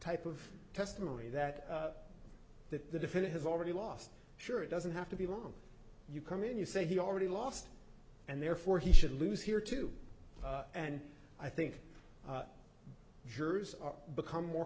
type of testimony that that the defendant has already lost sure it doesn't have to be long you come in you say he already lost and therefore he should lose here too and i think jurors are become more